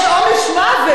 יש עונש מוות,